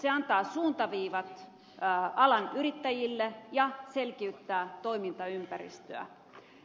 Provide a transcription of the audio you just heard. se antaa suuntaviivat alan yrittäjille ja selkiyttää toimintaympäristöä